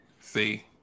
See